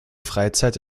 freizeit